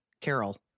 Carol